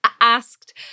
asked